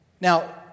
Now